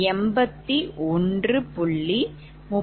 58MW 181